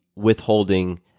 withholding